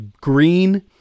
green